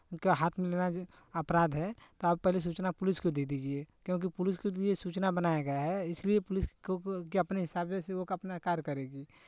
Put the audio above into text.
को हाथ में लेना जो अपराध है तो आप पहले सूचना पुलिस को दे दीजिए क्योंकि पुलिस के लिए सूचना बनाया गया है इसलिए पुलिस कि अपने हिसाब से वो अपना कार्य करेगी